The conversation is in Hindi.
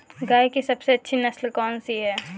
गाय की सबसे अच्छी नस्ल कौनसी है?